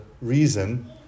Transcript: reason